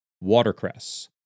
Watercress